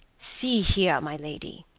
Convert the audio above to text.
see here, my lady,